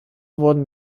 wurden